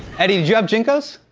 eddie, did you have jncos?